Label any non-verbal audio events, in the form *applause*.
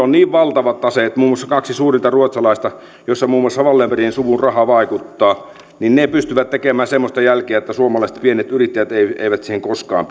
*unintelligible* on niin valtavat taseet muun muassa kaksi suurinta ruotsalaista joissa muun muassa wallenbergin suvun raha vaikuttaa pystyvät tekemään semmoista jälkeä että suomalaiset pienet yrittäjät eivät eivät siihen koskaan *unintelligible*